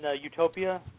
Utopia